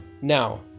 Now